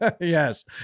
Yes